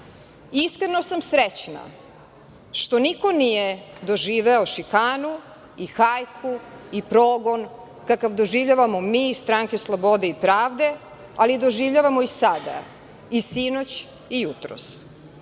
tuku. Iskreno sam srećna što niko nije doživeo šikanu i hajku i progon kakav doživljavamo mi iz Stranke slobode i pravde, ali doživljavamo i sada i sinoć i jutros